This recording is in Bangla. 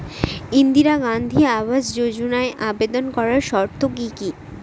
ইন্দিরা গান্ধী আবাস যোজনায় আবেদন করার শর্ত কি কি?